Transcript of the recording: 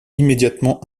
immédiatement